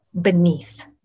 beneath